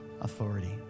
authority